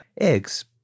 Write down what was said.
Eggs